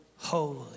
holy